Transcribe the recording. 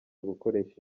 gukoresha